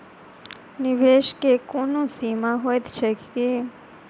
निवेश केँ कोनो सीमा होइत छैक की?